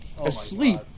asleep